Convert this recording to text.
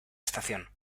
estación